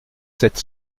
sept